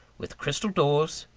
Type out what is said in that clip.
with crystal doors,